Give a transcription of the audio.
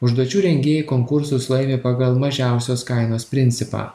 užduočių rengėjai konkursus laimi pagal mažiausios kainos principą